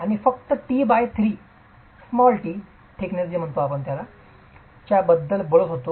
आम्ही फक्त t 3 च्या बद्दल बोलत होतो